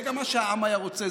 זה גם מה שהעם היה רוצה,